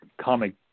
comic